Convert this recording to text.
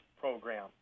program